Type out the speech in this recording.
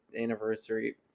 anniversary